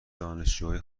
دانشجوهای